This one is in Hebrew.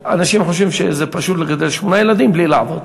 אנשים חושבים שזה פשוט לגדל שמונה ילדים בלי לעבוד.